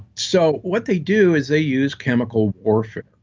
so what they do is they use chemical orphic,